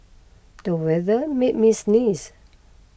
the weather made me sneeze